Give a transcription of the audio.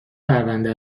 پرونده